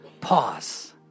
pause